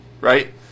right